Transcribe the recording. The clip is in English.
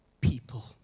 people